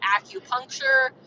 acupuncture